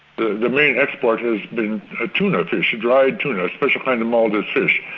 the main export has been ah tuna fish, dried tuna, a special kind of maldive fish.